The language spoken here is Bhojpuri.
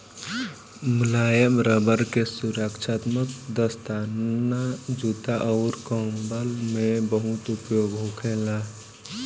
मुलायम रबड़ के सुरक्षात्मक दस्ताना, जूता अउर कंबल में बहुत उपयोग होखेला